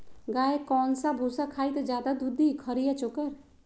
गाय कौन सा भूसा खाई त ज्यादा दूध दी खरी या चोकर?